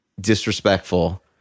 disrespectful